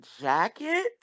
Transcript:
jacket